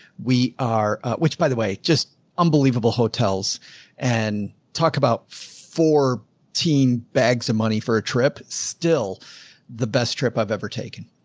we are, ah, which by the way, just unbelievable hotels and talk about four teen bags of money for a trip still the best trip i've ever taken.